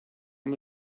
how